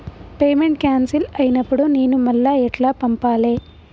Payment cancel అయినపుడు నేను మళ్ళా ఎట్ల పంపాలే?